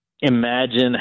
imagine